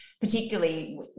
particularly